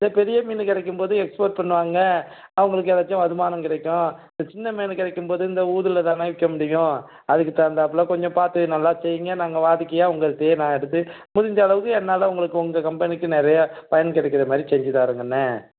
இதே பெரிய மீன் கிடைக்கும் போது எக்ஸ்போர்ட் பண்ணுவாங்க அவர்களுக்கு ஏதாச்சும் வருமானம் கிடைக்கும் இப்போ சின்ன மீன் கிடைக்கும் போது இந்த ஊரில் தானே விற்க முடியும் அதுக்கு தகுந்தாற்புல கொஞ்சம் பார்த்து நல்லா செய்யுங்க நாங்கள் வாடிக்கையாக உங்கள்கிட்டையே நான் எடுத்து முடிஞ்ச அளவுக்கு என்னால் உங்களுக்கு உங்கள் கம்பெனிக்கு நிறைய பயன் கிடைக்கிற மாதிரி செஞ்சுத் தாரேங்கண்ணா